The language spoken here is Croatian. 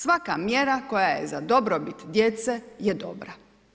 Svaka mjera koja je za dobrobit djece je dobra.